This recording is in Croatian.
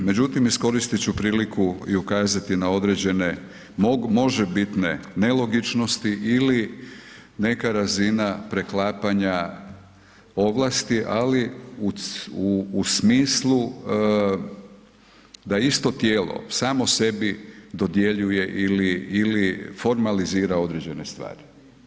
Međutim iskoristit ću priliku i ukazati na određene možebitne nelogičnosti ili neka razina preklapanja ovlasti ali u smislu da isto tijelo samo sebi dodjeljuje ili formalizira određene stvari.